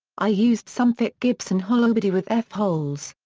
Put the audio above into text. i used some thick gibson hollowbody with f-holes.